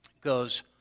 Goes